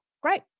great